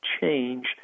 change